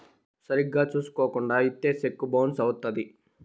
సరిగ్గా చూసుకోకుండా ఇత్తే సెక్కు బౌన్స్ అవుత్తది